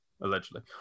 allegedly